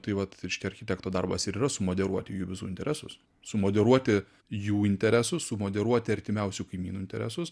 tai vat reiškia architekto darbas ir yra sumoderuoti jų visų interesus sumoderuoti jų interesus sumoderuoti artimiausių kaimynų interesus